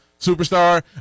superstar